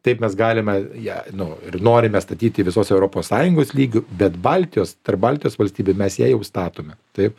taip mes galime ją nu ir norime statyti visos europos sąjungos lygiu bet baltijos tarp baltijos valstybių mes ją jau statome taip